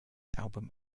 album